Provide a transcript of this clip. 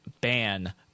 ban